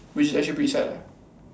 which is actually pretty sad lah